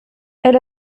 elle